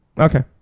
okay